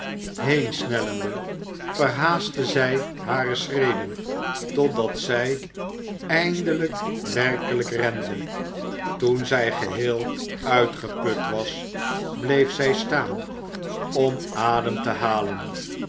heensnellende verhaastte zij hare schreden totdat zij eindelijk werkelijk rende toen zij geheel uitgeput was bleef zij staan om adem te halen